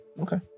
Okay